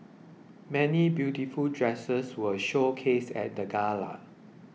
many beautiful dresses were showcased at the gala